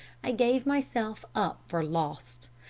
i gave myself up for lost.